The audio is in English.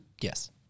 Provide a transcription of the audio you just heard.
Yes